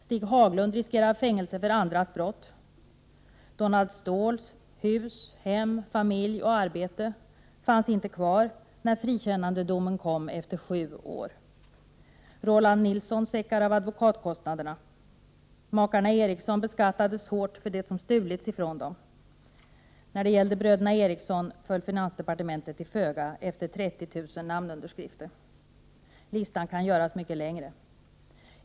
Stig Haglund riskerar fängelse för andras brott. Donald Ståhls hus, hem, familj och arbete fanns inte kvar när frikännandedomen kom efter sju år. Roland Nilsson dignar under advokatkostnaderna. Makarna Eriksson beskattades hårt för det som stulits från dem. När det gäller bröderna Eriksson föll finansdepartementet till föga efter 30 000 namnunderskrifter. Listan kan göras längre.